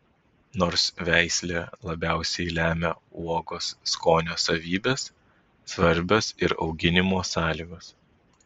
nors veislė labiausiai lemia uogos skonio savybes svarbios ir auginimo sąlygos